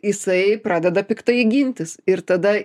jisai pradeda piktai gintis ir tada